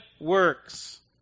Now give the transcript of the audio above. works